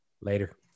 Later